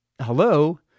hello